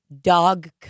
dog